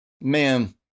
man